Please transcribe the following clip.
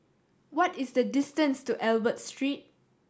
what is the distance to Albert Street